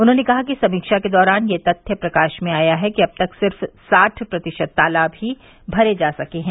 उन्होंने कहा कि समीक्षा के दौरान यह तथ्य प्रकाश में आया है कि अब तक सिर्फ साठ प्रतिशत तालाब ही भरे जा सके हैं